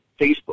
Facebook